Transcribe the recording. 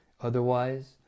Otherwise